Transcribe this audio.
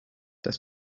das